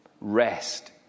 rest